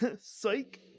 Psych